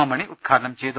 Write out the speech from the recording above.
M Mani ഉദ്ഘാടനം ചെയ്തു